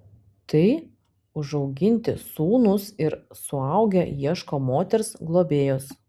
tai užauginti sūnūs ir suaugę ieško moters globėjos